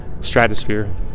Stratosphere